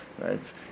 right